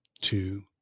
two